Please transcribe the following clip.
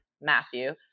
Matthew